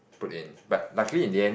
put in but luckily in the end